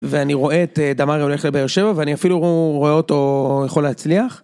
ואני רואה את דאמרי הולך לבאר שבע, ואני אפילו רואה אותו יכול להצליח.